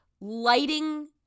lighting